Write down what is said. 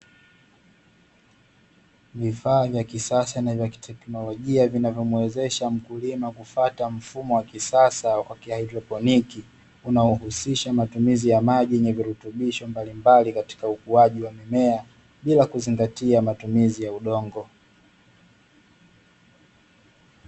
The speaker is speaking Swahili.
Vifaa vya kisasa na vya kiteknolojia vinavyomwezesha mkulima kufuata mfumo wa kisasa wa haidroponiki, unaohusisha matumizi ya maji yenye virutubisho mbalimbali katika ukuaji wa mimea bila kuzingatia matumizi ya udongo.